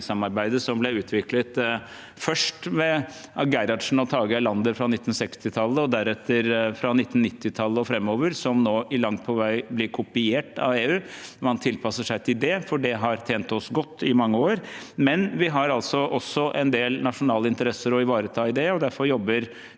som ble utviklet først av Gerhardsen og Tage Erlander i 1960årene og deretter fra 1990-årene og framover, som nå langt på vei blir kopiert av EU. Man tilpasser seg til det, for det har tjent oss godt i mange år. Samtidig har vi en del nasjonale interesser å ivareta i det, og derfor jobber